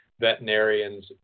veterinarians